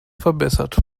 verbessert